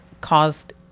caused